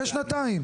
שנתיים.